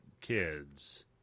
kids